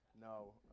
no